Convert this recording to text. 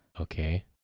Okay